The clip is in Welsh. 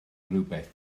rywbeth